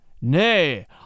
Nay